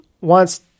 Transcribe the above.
wants